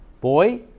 Boy